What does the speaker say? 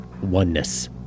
Oneness